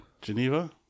Geneva